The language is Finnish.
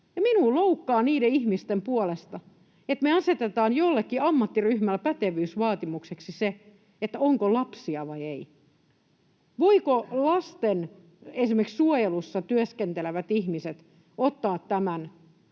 Minua loukkaa niiden ihmisten puolesta, että me asetetaan jollekin ammattiryhmälle pätevyysvaatimukseksi se, onko lapsia vai ei. Voivatko esimerkiksi lastensuojelussa työskentelevät ihmiset ottaa tämän